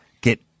get